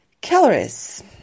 Calories